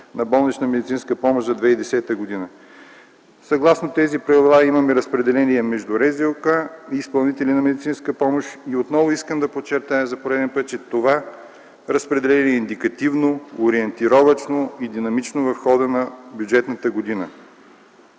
на болнично-медицинска помощ за 2010 г. Съгласно тези правила имаме разпределение между РЗОК и изпълнители на медицинска помощ и отново за пореден път искам да подчертая, че това разпределение е индикативно, ориентировъчно и динамично в хода на бюджетната година.